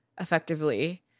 effectively